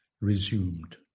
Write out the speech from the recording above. resumed